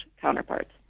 counterparts